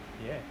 ya